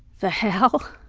the hell?